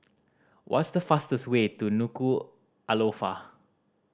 what's the fastest way to Nuku'alofa